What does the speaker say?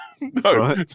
No